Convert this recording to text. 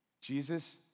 Jesus